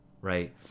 right